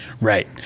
Right